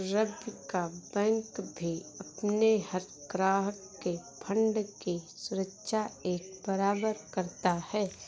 रवि का बैंक भी अपने हर ग्राहक के फण्ड की सुरक्षा एक बराबर करता है